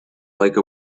like